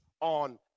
on